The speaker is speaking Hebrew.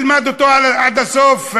תלמד אותו עד הסוף,